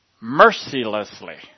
mercilessly